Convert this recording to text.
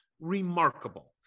remarkable